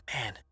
man